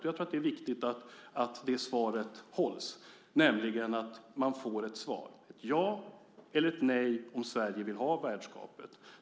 Jag tror att det är viktigt att det svaret hålls, nämligen att man får ett svar, ett ja eller ett nej om Sverige vill ha värdskapet.